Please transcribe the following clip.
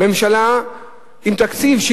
ממשלה עם תקציב.